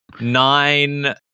nine